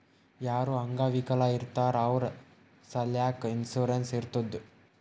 ಯಾರು ಅಂಗವಿಕಲ ಇರ್ತಾರ್ ಅವ್ರ ಸಲ್ಯಾಕ್ ಇನ್ಸೂರೆನ್ಸ್ ಇರ್ತುದ್